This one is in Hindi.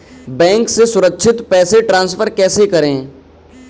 बैंक से सुरक्षित पैसे ट्रांसफर कैसे करें?